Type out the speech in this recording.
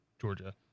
Georgia